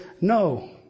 no